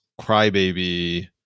crybaby